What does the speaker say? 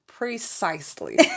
Precisely